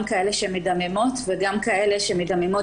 גם אצל אלה שמדממות וגם אצל אלה שמדממות